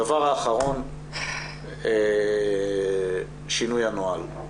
הדבר האחרון, שינוי הנוהל.